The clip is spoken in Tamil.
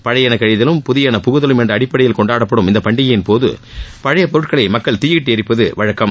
பழையன கழிதலும் புதியன புகுதலும் என்ற அடிப்படையில் கொண்டாடப்படும் இந்த பண்டிகையின்போது பழைய பொருட்களை மக்கள் தீயிட்டு ளரிப்பது வழக்கம்